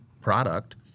product